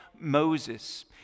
Moses